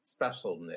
specialness